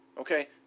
okay